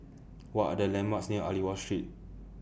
What Are The landmarks near Aliwal Street